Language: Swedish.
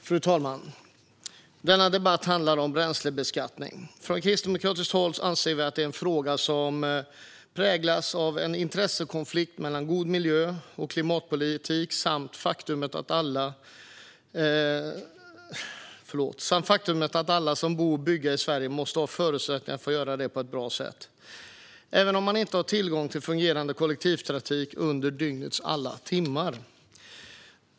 Fru talman! Denna debatt handlar om bränslebeskattning. Från kristdemokratiskt håll anser vi att det är en fråga som präglas av en intressekonflikt mellan god miljö och klimatpolitik samt det faktum att alla som bor och bygger i Sverige måste ha förutsättningar att göra det på ett bra sätt, även om de inte har tillgång till fungerande kollektivtrafik under dygnets alla timmar.